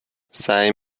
سعی